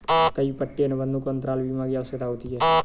कई पट्टे अनुबंधों को अंतराल बीमा की आवश्यकता होती है